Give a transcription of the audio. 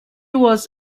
was